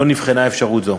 לא נבחנה אפשרות זו.